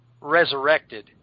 resurrected